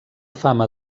fama